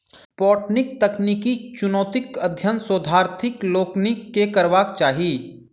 पटौनीक तकनीकी चुनौतीक अध्ययन शोधार्थी लोकनि के करबाक चाही